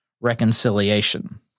reconciliation